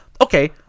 Okay